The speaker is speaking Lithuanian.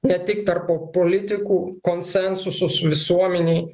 ne tik tarp politikų konsensuso visuomenėj